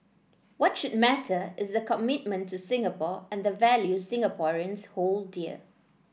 what should matter is the commitment to Singapore and the values Singaporeans hold dear